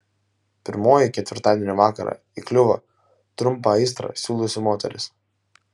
pirmoji ketvirtadienio vakarą įkliuvo trumpą aistrą siūliusi moteris